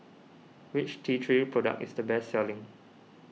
which T three product is the best selling